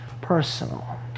personal